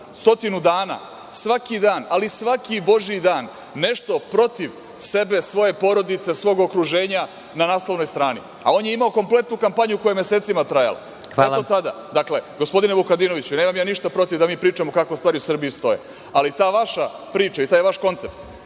stotinu dana svaki dan, ali svaki božiji dan, nešto protiv sebe, svoje porodice, svog okruženja na naslovnoj strani? On je imao kompletnu kampanju koja je mesecima trajala. Kako tada, dakle?(Predsedavajući: Hvala.)Gospodine Vukadinoviću, nemam ja ništa protiv da mi pričamo kako stvari u Srbiji stoje, ali ta vaša priča i taj vaš koncept